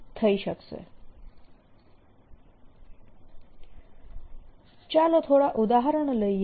M rr r3r rdV ચાલો થોડા ઉદાહરણો લઈએ